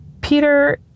peter